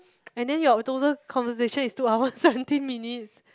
and then your total conversation is two hours seventeen minutes